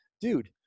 dude